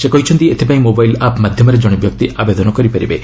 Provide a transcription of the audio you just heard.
ସେ କହିଛନ୍ତି ଏଥିପାଇଁ ମୋବାଇଲ ଆପ୍ ମାଧ୍ୟମରେ ଜଣେ ବ୍ୟକ୍ତି ଆବେଦନ କରିପାରିବେ